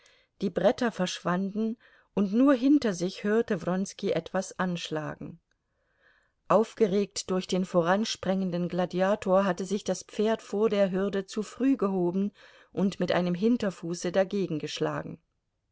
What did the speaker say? die bretter verschwanden und nur hinter sich hörte wronski etwas anschlagen aufgeregt durch den voransprengenden gladiator hatte sich das pferd vor der hürde zu früh gehoben und mit einem hinterfuße dagegen geschlagen